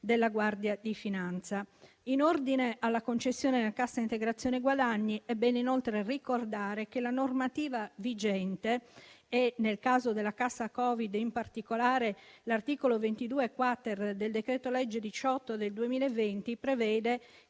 della Guardia di finanza. In ordine alla concessione della cassa integrazione guadagni, è bene inoltre ricordare che la normativa vigente - nel caso della cassa Covid, in particolare l'articolo 22-*quater* del decreto legge n. 18 del 2020 - prevede